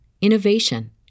innovation